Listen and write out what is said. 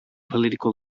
political